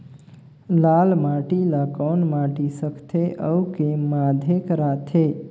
लाल माटी ला कौन माटी सकथे अउ के माधेक राथे?